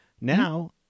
Now